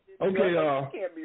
Okay